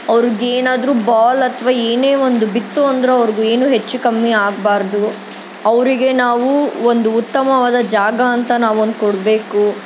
ಅವ್ರ್ಗೆ ಏನಾದರೂ ಬಾಲ್ ಅಥವಾ ಏನೇ ಒಂದು ಬಿತ್ತು ಅಂದ್ರೂ ಅವ್ರ್ಗೆ ಏನೂ ಹೆಚ್ಚು ಕಮ್ಮಿ ಆಗಬಾರ್ದು ಅವರಿಗೆ ನಾವು ಒಂದು ಉತ್ತಮವಾದ ಜಾಗ ಅಂತ ನಾವು ಒಂದು ಕೊಡಬೇಕು